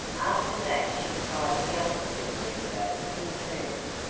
after that she tried the other seven windows in turn,